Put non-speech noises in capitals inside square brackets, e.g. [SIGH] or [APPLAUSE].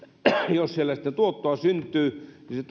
jos siellä sitä tuottoa syntyy niin se [UNINTELLIGIBLE]